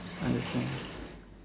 understand